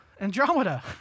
Andromeda